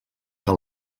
que